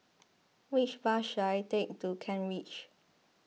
which bus should I take to Kent Ridge